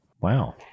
wow